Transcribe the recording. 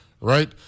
Right